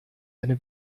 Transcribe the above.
eine